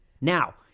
Now